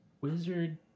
wizard